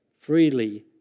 freely